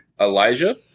Elijah